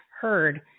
heard